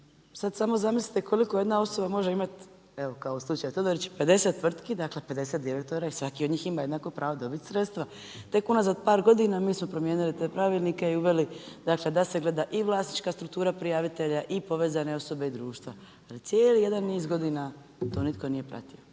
sad samo zamislite koliko jedna osoba može imat, evo kao slučaj Todorić, 50 tvrtki, dakle 50 direktora i svaki od njih ima jednaka prava dobit sredstva. Tek unazad par godina mi smo promijenili te pravilnike i uveli dakle, da se gleda i vlasnička struktura prijavitelja i povezane osobe i društva. ali cijeli jedan niz godina, to nitko nije pratio.